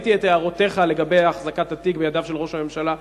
ראיתי את הערותיך לגבי החזקת התיק בידיו של ראש הממשלה.